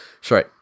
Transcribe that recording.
Sorry